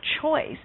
choice